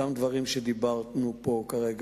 אותם דברים שדיברנו עליהם פה כרגע.